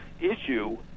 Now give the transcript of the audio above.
issue